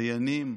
דיינים,